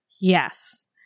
Yes